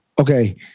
Okay